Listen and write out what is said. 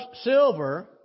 silver